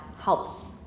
helps